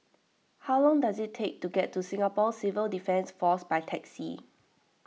how long does it take to get to Singapore Civil Defence force by taxi